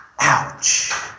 Ouch